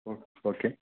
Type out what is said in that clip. ఓక్ ఓకే